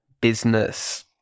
business